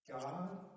God